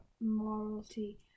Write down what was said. morality